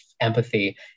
empathy